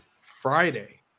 Friday